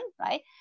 right